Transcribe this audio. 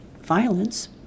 violence